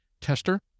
tester